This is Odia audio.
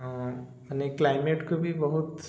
ମାନେ କ୍ଲାଇମେଟ୍କୁ ବି ବହୁତ